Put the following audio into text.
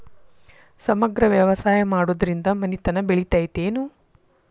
ಸಮಗ್ರ ವ್ಯವಸಾಯ ಮಾಡುದ್ರಿಂದ ಮನಿತನ ಬೇಳಿತೈತೇನು?